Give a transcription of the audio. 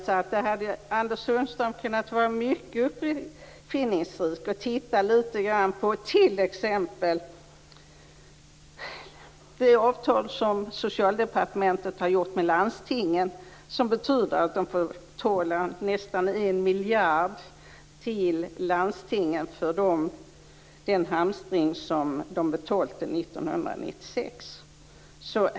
Här kunde Anders Sundström ha varit mycket uppfinningsrik och t.ex. tittat på det avtal som Socialdepartementet har träffat med landstingen, som betyder att man får betala nästan 1 miljard till landstingen för den hamstring som de betalade 1996.